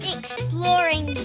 Exploring